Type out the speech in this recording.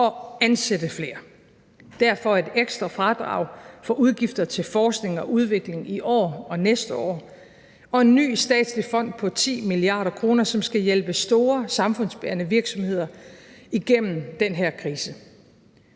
og ansætte flere. Derfor skal der være et ekstra fradrag for udgifter til forskning og udvikling i år og næste år og en ny statslig fond på 10 mia. kr., som skal hjælpe store samfundsbærende virksomheder igennem den her krise.